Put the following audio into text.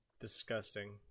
Disgusting